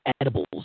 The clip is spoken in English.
edibles